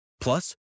Plus